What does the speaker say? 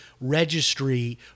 registry